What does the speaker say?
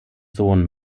sohn